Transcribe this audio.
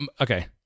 okay